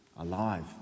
Alive